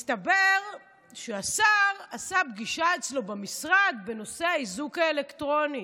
מסתבר שהשר עשה פגישה אצלו במשרד בנושא האיזוק האלקטרוני.